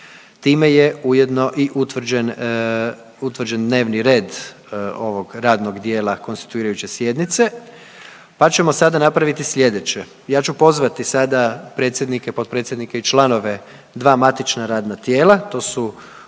Time je ujedno i utvrđen, utvrđen dnevni red ovog radnog dijela konstituirajuće sjednice, pa ćemo sada napraviti slijedeće. Ja ću pozvati sada predsjednike, potpredsjednike i članove dva matična radna tijela, to su